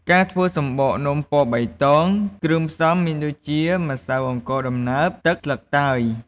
ការធ្វើសំបកនំពណ៌បៃតង គ្រឿងផ្សំមានដូចជា ម្សៅអង្ករដំណើប ទឹក ស្លឹកតើយ។